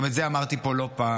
וגם את זה אמרתי פה לא פעם,